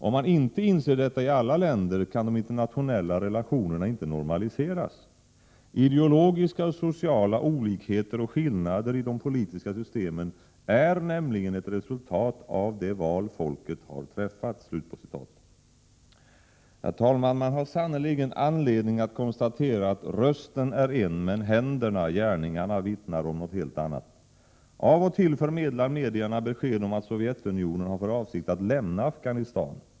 Om man inte inser detta i alla länder, kan de internationella relationerna inte normaliseras. Ideologiska och sociala olikheter och skillnader i de politiska systemen är nämligen ett resultat av det val folket har träffat ———.” Herr talman! Man har sannerligen anledning att konstatera att rösten är en men händerna, gärningarna, vittnar om något helt annat. Av och till förmedlar medierna besked om att Sovjetunionen har för avsikt att lämna Afghanistan.